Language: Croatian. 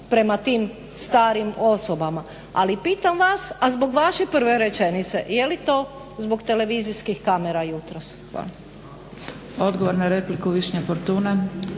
prema tim starim osobama. Ali pitam vas, a zbog vaše prve rečenice, je li to zbog televizijskih kamera jutros? Hvala. **Zgrebec, Dragica (SDP)** Odgovor na repliku, Višnja Fortuna.